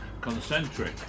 concentric